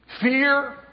fear